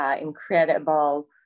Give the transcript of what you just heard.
incredible